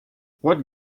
what